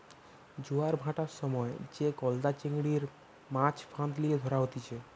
জোয়ার ভাঁটার সময় যে গলদা চিংড়ির, মাছ ফাঁদ লিয়ে ধরা হতিছে